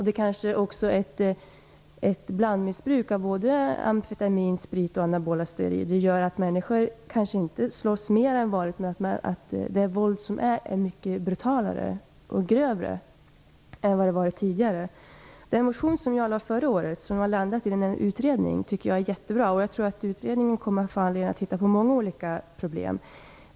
Det kanske också är ett blandmissbruk, av amfetamin, sprit och anabola steroider, som gör att det våld som förekommer är mycket brutalare och grövre än tidigare, även om människor inte slåss mer än vanligt. Den motion jag lade fram förra året har landat i en utredning. Det tycker jag är jättebra. Jag tror att utredningen kommer att få anledning att titta på många olika problem.